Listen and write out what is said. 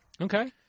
Okay